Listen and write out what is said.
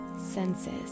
senses